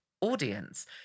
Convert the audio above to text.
audience